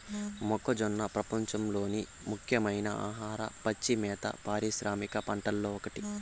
మొక్కజొన్న ప్రపంచంలోని ముఖ్యమైన ఆహార, పచ్చి మేత పారిశ్రామిక పంటలలో ఒకటి